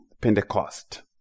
Pentecost